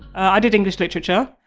i did english literature.